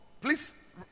please